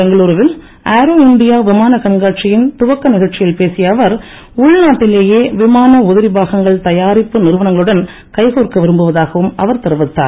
பெங்களுருவில் aero India விமான கண்காட்சியின் துவக்க நிகழச்சியில் பேசிய அவர் உள்நாட்டிலேயே விமான உதிரி பாகங்கள் தயாரிப்பு நிறுவனங்களுடன் கைகோர்க்க விரும்புவதாகவும் அவர் தெரிவித்தார்